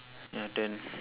your turn